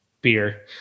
beer